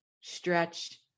stretch